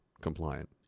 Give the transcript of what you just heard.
compliant